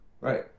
Right